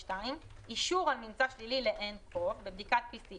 "(2) אישור על ממצא שלילי ל-nCov בבדיקת PCR